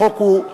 החוק הוא,